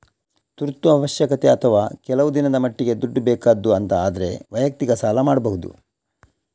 ತುರ್ತು ಅವಶ್ಯಕತೆ ಅಥವಾ ಕೆಲವು ದಿನದ ಮಟ್ಟಿಗೆ ದುಡ್ಡು ಬೇಕಾದ್ದು ಅಂತ ಆದ್ರೆ ವೈಯಕ್ತಿಕ ಸಾಲ ಮಾಡ್ಬಹುದು